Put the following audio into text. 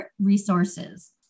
resources